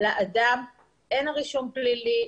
לאדם אין רישום פלילי,